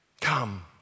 Come